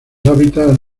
hábitats